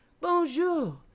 Bonjour